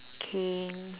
King